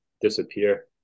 disappear